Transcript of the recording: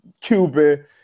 Cuban